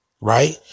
Right